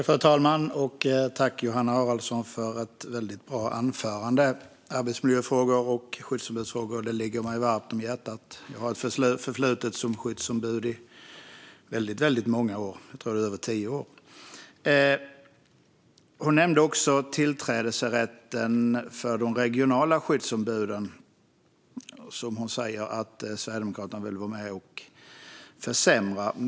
Fru talman! Tack, Johanna Haraldsson, för ett väldigt bra anförande! Arbetsmiljöfrågor och skyddsombudsfrågor ligger mig varmt om hjärtat. Jag har ett förflutet som skyddsombud under väldigt många år - över tio år, tror jag. Johanna Haraldsson nämnde tillträdesrätten för de regionala skyddsombuden, som hon säger att Sverigedemokraterna vill vara med och försämra.